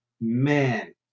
man